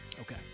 Okay